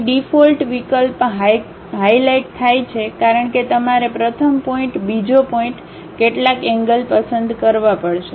અહીં ડિફ્રોલ્ટ વિકલ્પ હાઈલાઈટ થાય છે કારણ કે તમારે પ્રથમ પોઇન્ટ બીજો પોઇન્ટ કેટલાક એન્ગ્લ પસંદ કરવો પડશે